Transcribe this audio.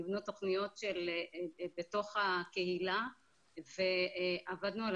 נבנו תוכניות בתוך הקהילה ועבדנו על